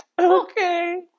okay